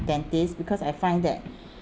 dentist because I find that